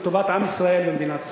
לטובת עם ישראל ומדינת ישראל.